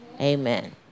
Amen